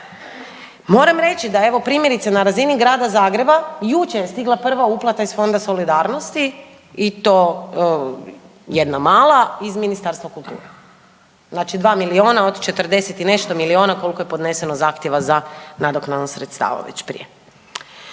Moram reći da evo, primjerice, na razini grada Zagreba, jučer je stigla prva uplata iz Fonda solidarnosti i to jedna mala iz Ministarstva kulture. Znači 2 milijuna od 40 i nešto milijuna, koliko je podneseno zahtjeva za nadoknadom sredstava već prije.